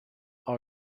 our